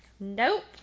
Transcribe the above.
Nope